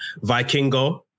Vikingo